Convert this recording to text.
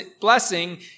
blessing